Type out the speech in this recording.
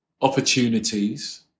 opportunities